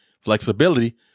flexibility